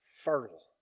fertile